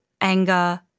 anger